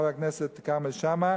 חבר הכנסת כרמל שאמה,